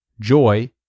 joy